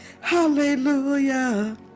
Hallelujah